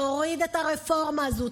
תוריד את הרפורמה הזו,